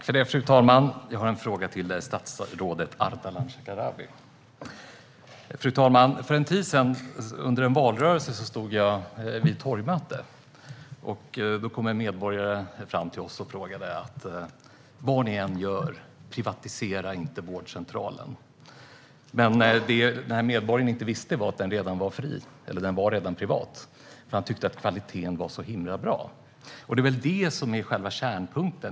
Fru talman! Jag har en fråga till statsrådet Ardalan Shekarabi. Fru talman! Under en valrörelse för en tid sedan var jag på ett torgmöte. Då kom en medborgare fram och sa: Vad ni än gör så privatisera inte vårdcentralen! Det som denna medborgare inte visste var att den redan var fri, eller privat. Han tyckte att kvaliteten var så bra. Det är väl det som är själva kärnpunkten?